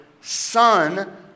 son